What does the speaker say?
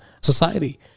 society